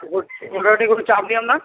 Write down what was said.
বলছি ওটা নিয়ে কোনো চাপ নেই আপনার